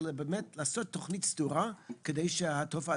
אלא באמת לעשות תכנית סדורה על מנת שהתופעה